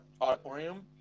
auditorium